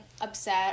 upset